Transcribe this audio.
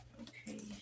okay